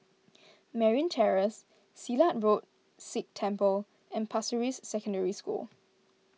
Merryn Terrace Silat Road Sikh Temple and Pasir Ris Secondary School